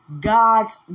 God's